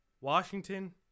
washington